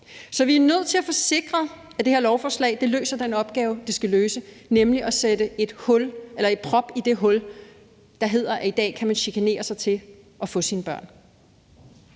Vi er nødt til at få sikret, at det her lovforslag løser den opgave, det skal løse, nemlig at sætte en prop i det hul, der gør, at man kan chikanere sig til at få sine børn.